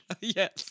Yes